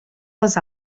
les